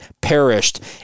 perished